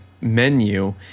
Menu